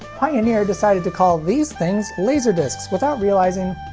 pioneer decided to call these things laserdiscs without realizing,